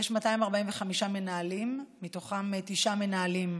יש 245 מנהלים, מתוכם תשעה מנהלים,